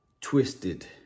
twisted